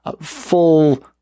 full